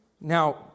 Now